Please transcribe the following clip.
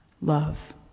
love